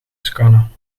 scannen